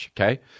okay